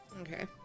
Okay